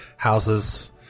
Houses